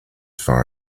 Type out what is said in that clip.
far